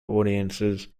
audiences